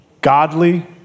Godly